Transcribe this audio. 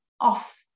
off